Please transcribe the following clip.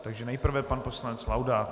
Takže nejprve pan poslanec Laudát.